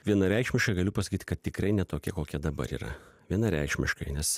vienareikšmiškai galiu pasakyt kad tikrai ne tokia kokia dabar yra vienareikšmiškai nes